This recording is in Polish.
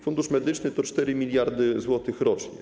Fundusz Medyczny to 4 mld zł rocznie.